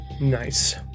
Nice